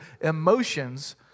emotions